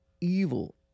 evil